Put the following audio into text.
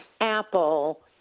Apple